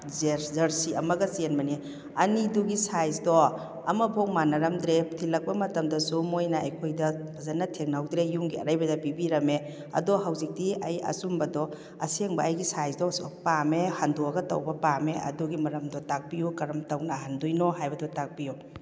jersey ꯑꯃꯒ ꯆꯦꯟꯕꯅꯤ ꯑꯅꯤꯗꯨꯒꯤ ꯁꯥꯏꯖꯇꯣ ꯑꯃ ꯐꯥꯎ ꯃꯥꯅꯔꯝꯗ꯭ꯔꯦ ꯊꯤꯜꯂꯛꯄ ꯃꯇꯃꯗꯁꯨ ꯃꯣꯏꯅ ꯑꯩꯈꯣꯏꯗ ꯐꯖꯅ ꯊꯦꯡꯅꯍꯧꯗ꯭ꯔꯦ ꯌꯨꯝꯒꯤ ꯑꯔꯩꯕꯗ ꯄꯤꯕꯤꯔꯝꯃꯦ ꯑꯗꯣ ꯍꯧꯖꯤꯛꯇꯤ ꯑꯩ ꯑꯆꯨꯝꯕꯗꯣ ꯑꯁꯦꯡꯕ ꯑꯩꯒꯤ ꯁꯥꯏꯖꯇꯣ ꯄꯥꯝꯃꯦ ꯍꯟꯗꯣꯛꯂꯒ ꯇꯧꯕ ꯄꯥꯝꯃꯦ ꯑꯗꯨꯒꯤ ꯃꯔꯝꯗꯣ ꯇꯥꯛꯄꯤꯌꯨ ꯀꯔꯝ ꯇꯧꯅ ꯍꯟꯗꯣꯏꯅꯣ ꯍꯥꯏꯕꯗꯣ ꯇꯥꯛꯄꯤꯌꯨ